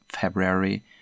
February